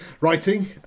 writing